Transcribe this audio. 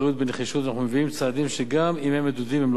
ואנחנו מביאים צעדים שגם אם הם מדודים הם לא קלים,